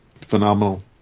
phenomenal